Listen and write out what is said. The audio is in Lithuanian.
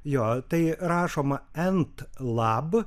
jo tai rašoma entlab